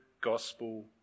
gospel